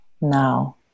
now